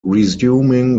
resuming